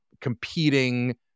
competing